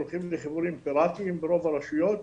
הולכים לחיבורים פירטיים ברוב הרשויות,